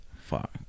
Fuck